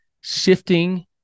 shifting